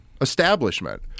establishment